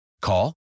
Call